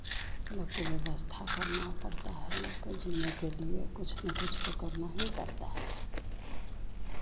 लोग को व्यवस्था करना पड़ता है लोग के जीने के लिए कुछ ना कुछ तो करना ही पड़ता है